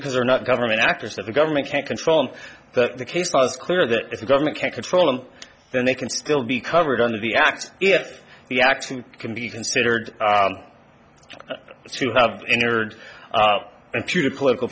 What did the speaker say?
because they're not government actors that the government can't control and that the case was clear that if the government can't control him then they can still be covered under the act yes he actually can be considered so you have entered into a political